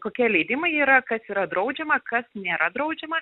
kokie leidimai yra kas yra draudžiama kas nėra draudžiama